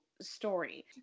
story